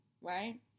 right